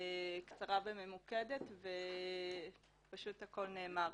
קצרה וממוקדת, פשוט הכל נאמר.